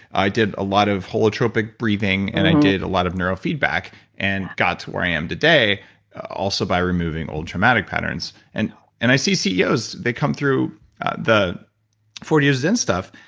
i did a lot of holotropic breathing and i did a lot of neurofeedback and got to where i am today also by removing old traumatic patterns. and and i see ceos. they come through the forty years in stuff.